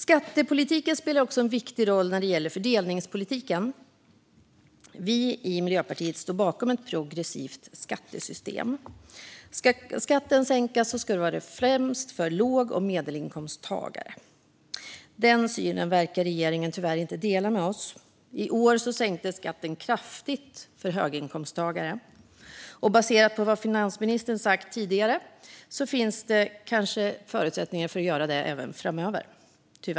Skattepolitiken spelar också en viktig roll när det gäller fördelningspolitiken. Vi i Miljöpartiet står bakom ett progressivt skattesystem. Om skatten ska sänkas ska det främst vara för låg och medelinkomsttagare. Den synen verkar regeringen tyvärr inte dela med oss. I år sänktes skatten kraftigt för höginkomsttagare, och baserat på vad finansministern sagt tidigare finns det tyvärr kanske förutsättningar att göra det även framöver.